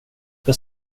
ska